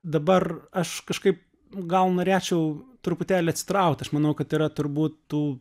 dabar aš kažkaip gal norėčiau truputėlį atsitraukt aš manau kad yra turbūt tų